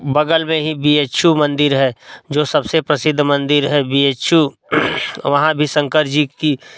बगल मे ही बी एच यू मंदिर है जो सबसे प्रसिद्ध मंदिर है बी एच यू वहाँ भी शंकर जी की